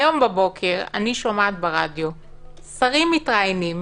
היום בבוקר אני שומעת שרים מתראיינים